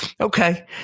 okay